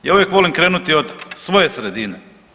Ja uvijek volim krenuti od svoje sredine.